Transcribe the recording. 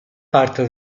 parte